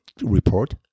report